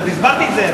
הסברתי את זה.